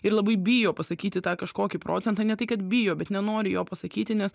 ir labai bijo pasakyti tą kažkokį procentą ne tai kad bijo bet nenori jo pasakyti nes